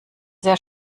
sehr